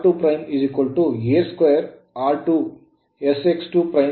r2' a2r2 sX2' s a2X2